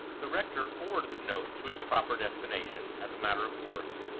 the rector forwarded the note to its proper destination, as a matter of course,